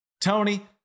Tony